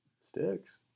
Sticks